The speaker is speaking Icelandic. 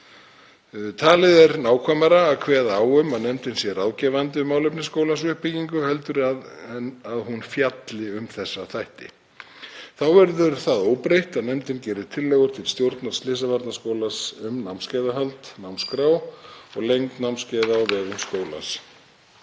Talið er nákvæmara að kveða á um að nefndin sé ráðgefandi um málefni skólans við uppbyggingu heldur en að hún fjalli um þessa þætti. Þá verður það óbreytt að nefndin gerir tillögur til stjórnar Slysavarnaskólans um námskeiðahald, námskrá og lengd námskeiða á vegum skólans.